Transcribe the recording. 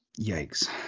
Yikes